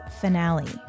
finale